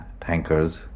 tankers